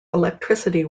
electricity